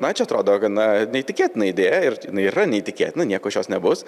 na čia atrodo gana neįtikėtina idėja ir jinai yra neįtikėtina nieko iš jos nebus